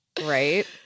Right